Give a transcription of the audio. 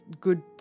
good